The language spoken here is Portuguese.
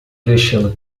vestindo